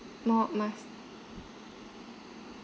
more must~